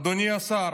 אדוני השר